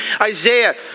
Isaiah